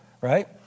right